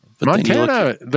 Montana